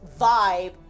vibe